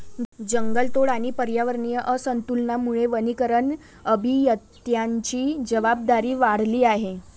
जंगलतोड आणि पर्यावरणीय असंतुलनामुळे वनीकरण अभियंत्यांची जबाबदारी वाढली आहे